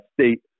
state